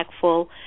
impactful